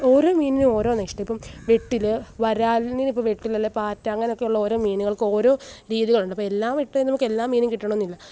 ഓരോ മീനിനും ഓരോ നെക്സ്റ്റ് ഇപ്പോൾ വെട്ടിൽ വരാലിനിപ്പോൾ വെട്ടിലോ അല്ലെങ്കിൽ പാറ്റ അങ്ങനെയൊക്കെയുള്ള ഓരോ മീനുകൾക്ക് ഓരോ രീതികളുണ്ട് അപ്പോൾ എല്ലാ വെട്ടേലും നമുക്ക് എല്ലാ മീനും കിട്ടണം എന്നില്ല